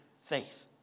faith